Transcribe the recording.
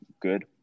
good